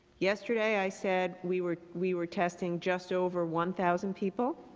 yesterday, i said, we were we were testing just over one thousand people.